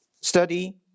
study